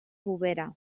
bovera